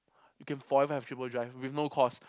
you can forever have triple drive with no cost